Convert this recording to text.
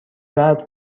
درد